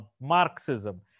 Marxism